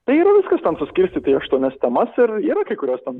tai yra viskas ten suskirstyta į aštuonias temas ir yra kai kurios ten